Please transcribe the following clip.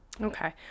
Okay